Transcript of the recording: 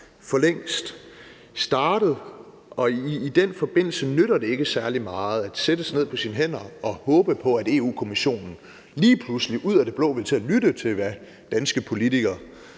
for længst startet, og i den forbindelse nytter det ikke særlig meget at sætte sig ned på sine hænder og håbe på, at Europa-Kommissionen lige pludselig ud af det blå vil til at lytte til, hvad danske politikere